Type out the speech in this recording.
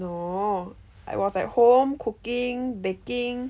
no I was at home cooking baking